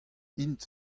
int